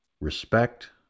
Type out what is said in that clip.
respect